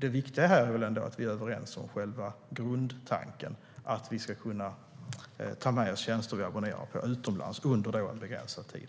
Det viktiga här är att vi är överens om själva grundtanken, att man ska kunna ta med sig tjänster som man abonnerar på utomlands under en begränsad tid.